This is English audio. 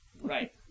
Right